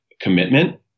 commitment